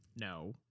No